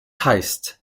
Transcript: heißt